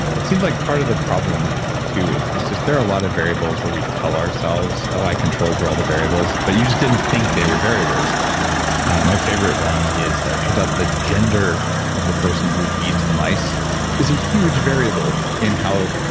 it seems like part of the problem too is just there are a lot of variables where we tell ourselves oh, i controlled for all the variables, but you just didn't think they were variables. not my favorite one is, turns out the gender of the person who feeds the mice is a huge variable in how,